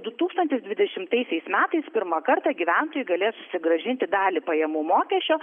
du tūkstantis dvidešimtaisiais metais pirmą kartą gyventojai galės susigrąžinti dalį pajamų mokesčio